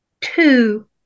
two